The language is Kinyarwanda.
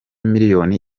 miliyari